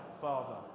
Father